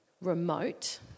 remote